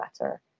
better